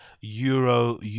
euro